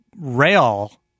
rail